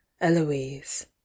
Eloise